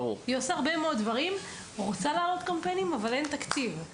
אז היא עושה הרבה מאוד דברים ורוצה להעלות פרויקטים אבל אין תקציב.